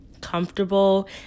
comfortable